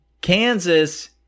Kansas